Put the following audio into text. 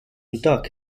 duck